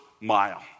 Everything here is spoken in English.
mile